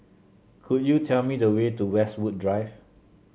could you tell me the way to Westwood Drive